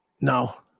No